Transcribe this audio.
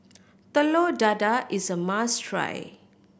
Telur Dadah is a must try